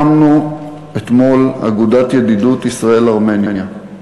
הקמנו אתמול אגודת ידידות ישראל-ארמניה.